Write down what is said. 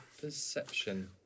perception